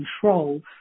control